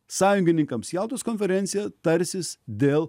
sąjungininkams jaltos konferencija tarsis dėl